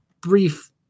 brief